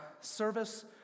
service